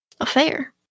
Affair